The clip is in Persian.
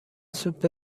سوپ